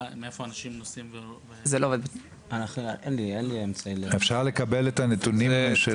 אנחנו יכולים לקבל את הנתונים של הסקרים האלה?